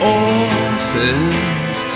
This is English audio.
orphan's